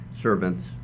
servants